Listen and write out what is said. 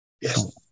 Yes